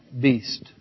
beast